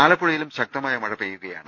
ആലപ്പു ഴയിലും ശക്തമായ മഴ പെയ്യുകയാണ്